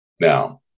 Now